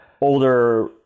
older